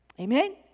Amen